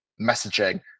messaging